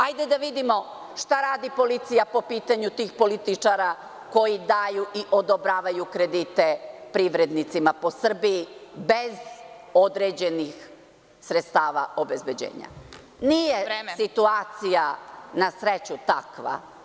Hajde da vidimo šta radi policija po pitanju tih političara koji daju i odobravaju kredite privrednicima po Srbiji bez određenih sredstava obezbeđenja. (Predsedavajuća: Vreme.) Nije situacija, na sreću, takva.